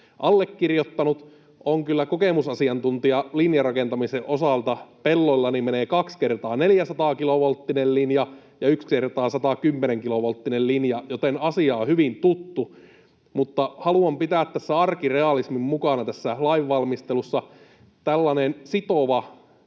Allekirjoittanut on kyllä kokemusasiantuntija linjarakentamisen osalta. Pelloillani menee 2×400 kilovolttinen linja ja 1×110 kilovolttinen linja, joten asia on hyvin tuttu, mutta haluan pitää arkirealismin mukana tässä lainvalmistelussa. Tällainen sitova,